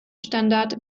standard